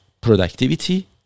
productivity